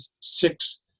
six